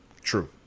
True